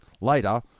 Later